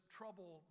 trouble